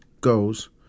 goes